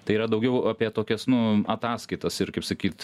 tai yra daugiau apie tokias nu ataskaitas ir kaip sakyt